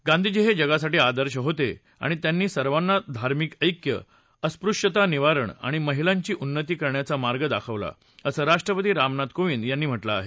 गांधीजी हे जगासाठी आदर्श होते आणि त्यांनी सर्वांना धार्मिक ऐक्य अस्पृश्यतानिवारण आणि महिलांची उन्नती करण्याचा मार्ग दाखवला असं राष्ट्रपती रामनाथ कोविंद यांनी म्हटलं आहे